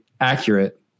accurate